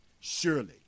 Surely